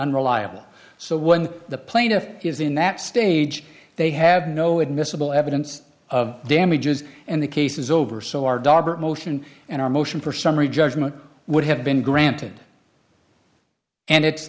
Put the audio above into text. unreliable so when the plaintiff is in that stage they have no admissible evidence of damages and the case is over so our motion and our motion for summary judgment would have been granted and it's